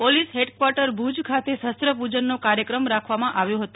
police headquarter Bhuj ખાતે શસ્ત્રપૂજનનો કાર્યક્રમ રાખવામાં આવ્યો હતો